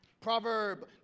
Proverb